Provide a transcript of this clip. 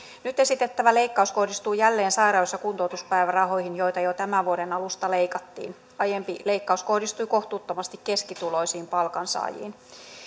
nyt esitettävä leikkaus kohdistuu jälleen sairaus ja kuntoutuspäivärahoihin joita jo tämän vuoden alusta leikattiin aiempi leikkaus kohdistui kohtuuttomasti keskituloisiin palkansaajiin